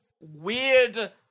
weird